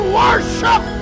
worship